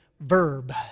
verb